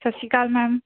ਸਤਿ ਸ਼੍ਰੀ ਅਕਾਲ ਮੈਮ